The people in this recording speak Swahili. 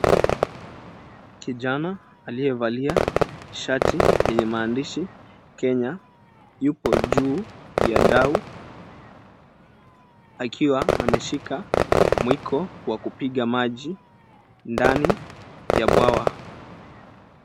Kijana aliyevalia shati yenye maandishi Kenya yupo juu ya dau akiwa ameshika mwiko wa kupiga maji ndani ya bwawa.